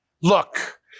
look